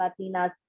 latinas